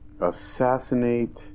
assassinate